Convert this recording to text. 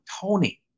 Tony